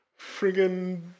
friggin